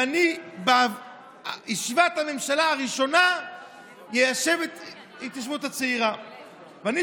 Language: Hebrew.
ואני בישיבת הממשלה הראשונה אסדיר את ההתיישבות הצעירה.